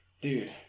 Dude